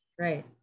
Right